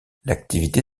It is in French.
l’activité